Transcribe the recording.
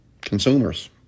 Consumers